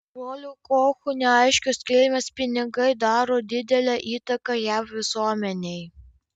brolių kochų neaiškios kilmės pinigai daro didelę įtaką jav visuomenei